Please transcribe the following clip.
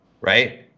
Right